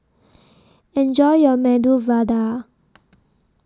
Enjoy your Medu Vada